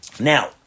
Now